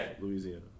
Louisiana